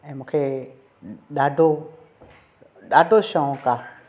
ऐं मूंखे ॾाढो ॾाढो शौंक आहे